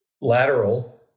lateral